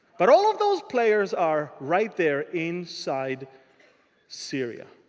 but all of those players are right there inside syria.